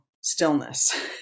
stillness